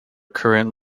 current